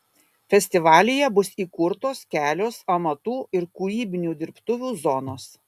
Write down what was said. festivalyje bus įkurtos kelios amatų ir kūrybinių dirbtuvių zonos